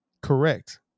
Correct